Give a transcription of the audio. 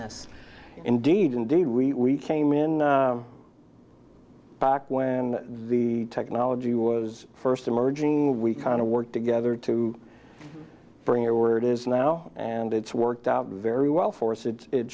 this indeed indeed we came in back when the technology was first emerging we kind of work together to bring your word is now and it's worked out very well for sid it